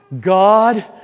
God